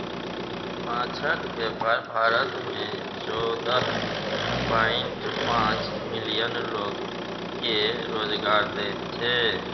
माछक बेपार भारत मे चौदह पांइट पाँच मिलियन लोक केँ रोजगार दैत छै